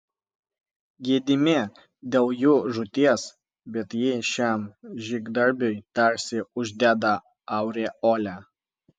gedime dėl jų žūties bet ji šiam žygdarbiui tarsi uždeda aureolę